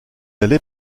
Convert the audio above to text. allait